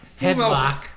headlock